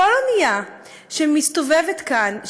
כל אונייה שמסתובבת כאן,